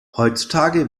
heutzutage